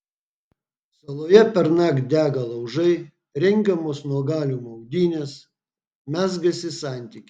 saloje pernakt dega laužai rengiamos nuogalių maudynės mezgasi santykiai